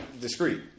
discreet